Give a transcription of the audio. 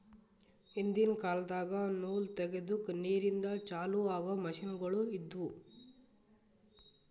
ಹಿಂದಿನ್ ಕಾಲದಾಗ ನೂಲ್ ತೆಗೆದುಕ್ ನೀರಿಂದ ಚಾಲು ಆಗೊ ಮಷಿನ್ಗೋಳು ಇದ್ದುವು